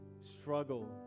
struggle